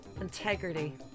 integrity